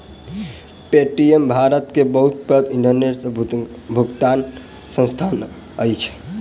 Paytm Bharat के बहुत पैघ इंटरनेट सॅ भुगतनाक संस्थान अछि